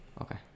okay